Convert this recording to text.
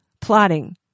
plotting